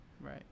right